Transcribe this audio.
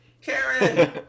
Karen